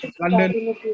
London